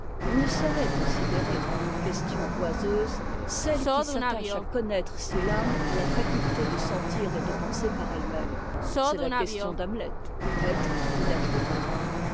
on ne saurait considérer comme une question oiseuse celle qui s'attache à connaître si l'âme a la faculté de sentir et de penser par ette même c'est la question d'hamlet re ou n'étre pas